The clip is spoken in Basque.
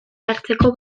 hartzeko